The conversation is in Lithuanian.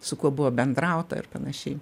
su kuo buvo bendrauta ir panašiai